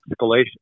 escalation